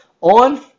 on